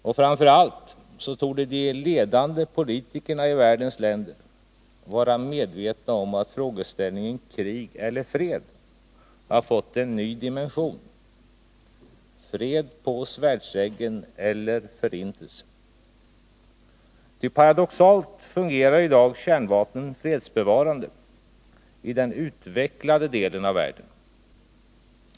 Och framför allt torde de ledande politikerna i världens länder vara medvetna om att frågeställningen krig eller fred har fått en ny dimension — fred på svärdseggen eller förintelse. Ty paradoxalt nog fungerar i dag kärnvapnen som fredsbevarande i den utvecklade delen av världen.